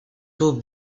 taux